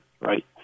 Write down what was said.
right